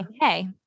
Hey